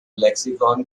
lexicon